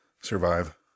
survive